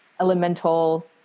elemental